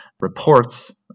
reports